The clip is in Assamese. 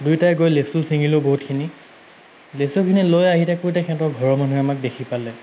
দুইটাই গৈ লেচু চিঙিলোঁ বহুতখিনি লেচুখিনি লৈ আহি থাকোঁতে সিহঁতৰ ঘৰৰ মানুহে আমাক দেখি পালে